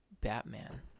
Batman